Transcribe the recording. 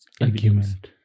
argument